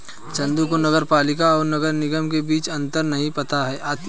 चंदू को नगर पालिका और नगर निगम के बीच अंतर नहीं पता है